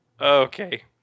Okay